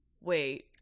wait